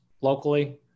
locally